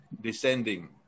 descending